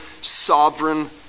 sovereign